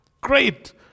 Great